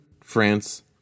France